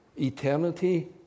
eternity